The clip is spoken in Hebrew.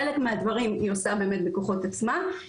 חלק מהדברים היא עושה באמת בכוחות עצמה,